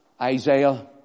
Isaiah